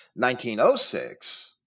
1906